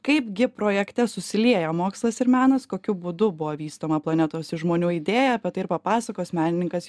kaip gi projekte susilieja mokslas ir menas kokiu būdu buvo vystoma planetos ir žmonių idėja apie tai ir papasakos menininkas